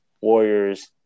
Warriors